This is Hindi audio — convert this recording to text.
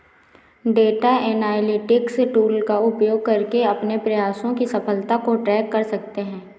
डेटा एनालिटिक्स टूल का उपयोग करके अपने प्रयासों की सफलता को ट्रैक कर सकते है